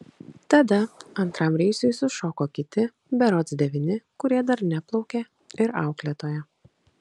tada antram reisui sušoko kiti berods devyni kurie dar neplaukė ir auklėtoja